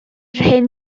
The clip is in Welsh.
hen